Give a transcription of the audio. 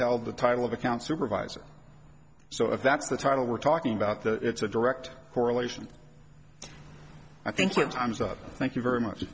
held the title of account supervisor so if that's the title we're talking about the it's a direct correlation i think sometimes up thank you very much